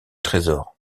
trésor